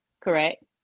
correct